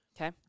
Okay